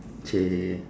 !chey!